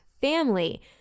family